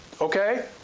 Okay